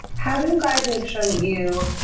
how do you guys make sure that you,